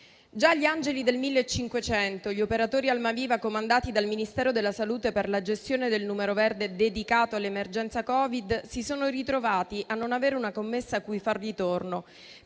Gli "angeli del 1500", gli operatori Almaviva comandati dal Ministero della salute per la gestione del numero verde dedicato all'emergenza Covid, si sono ritrovati a non avere una commessa a cui far ritorno,